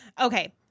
Okay